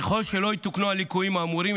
ככל שלא יתוקנו הליקויים האמורים,